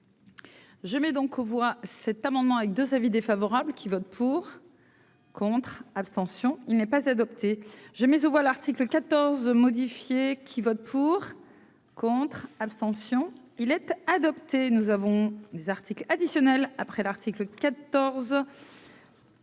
Je mets donc aux voix cet amendement avec 2 avis défavorables qui vote pour. Contre, abstention, il n'est pas adopté, j'ai mis aux voix, l'article 14 modifiée qui votent pour, contre, abstention il être adopté, nous avons des articles additionnels après l'article 14.